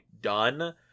done